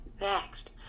next